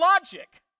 logic